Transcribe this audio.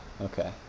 Okay